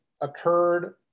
occurred